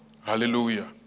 Hallelujah